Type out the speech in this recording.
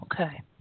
Okay